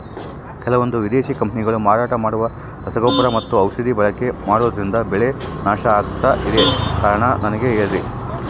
ಕೆಲವಂದು ವಿದೇಶಿ ಕಂಪನಿಗಳು ಮಾರಾಟ ಮಾಡುವ ರಸಗೊಬ್ಬರ ಮತ್ತು ಔಷಧಿ ಬಳಕೆ ಮಾಡೋದ್ರಿಂದ ಬೆಳೆ ನಾಶ ಆಗ್ತಾಇದೆ? ಕಾರಣ ನನಗೆ ಹೇಳ್ರಿ?